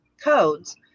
codes